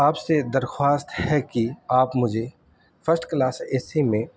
آپ سے درخواست ہے کہ آپ مجھے فسٹ کلاس اے سی میں